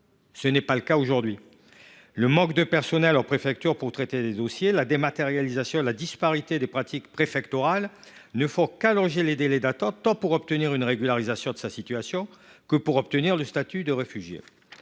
Tel n’est pas le cas aujourd’hui. Le manque de personnel en préfecture pour traiter les dossiers, la dématérialisation et la disparité des pratiques préfectorales ne font qu’allonger les délais d’attente pour obtenir une régularisation ou le statut de réfugié.